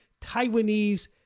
Taiwanese